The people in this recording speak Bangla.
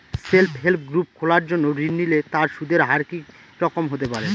সেল্ফ হেল্প গ্রুপ খোলার জন্য ঋণ নিলে তার সুদের হার কি রকম হতে পারে?